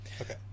Okay